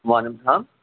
وعلیکم السّلام